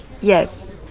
Yes